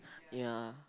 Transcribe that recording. ya